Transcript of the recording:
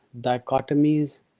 dichotomies